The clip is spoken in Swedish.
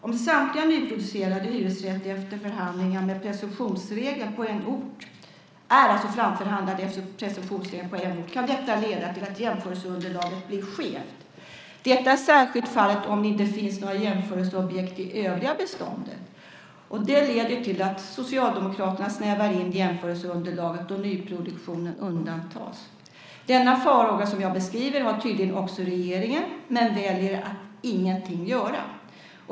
Om samtliga nyproducerade hyresrätter är framförhandlade efter presumtionsregler på en ort kan detta leda till att jämförelseunderlaget blir skevt. Det är särskilt fallet om det inte finns några jämförelseobjekt i det övriga beståndet. Det leder till att Socialdemokraterna snävar in jämförelseunderlaget då nyproduktionen undantas. Den farhåga som jag beskriver har tydligen också regeringen, men den väljer att ingenting göra.